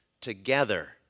together